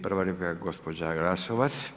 Prva replika, gospođa Glasovac.